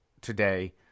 today